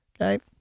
Okay